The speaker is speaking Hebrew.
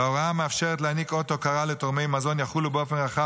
וההוראה המאפשרת להעניק אות הוקרה לתורמי מזון תחול באופן רחב